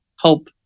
help